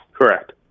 Correct